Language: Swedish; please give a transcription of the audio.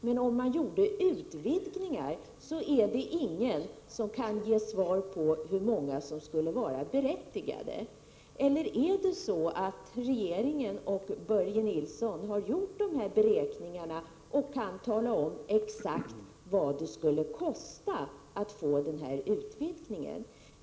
Med de förändringar av bilstödet som skett sedan dess kan ingen svara på hur många som i dag skulle vara berättigade. Eller har regeringen och Börje Nilsson tillgång till beräkningar som visar vad det skulle kosta om bil tillhandahölls som tekniskt hjälpmedel?